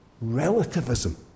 relativism